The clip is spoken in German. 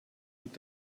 und